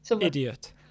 Idiot